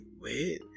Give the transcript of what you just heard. wait